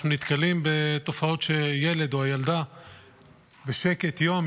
אנחנו נתקלים בתופעות שהילד או הילדה בשקט יום,